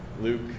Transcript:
Luke